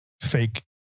fake